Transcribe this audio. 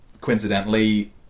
coincidentally